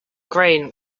grain